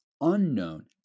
unknown